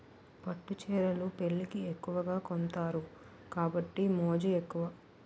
పట్టు చీరలు పెళ్లికి ఎక్కువగా కొంతారు కాబట్టి మోజు ఎక్కువ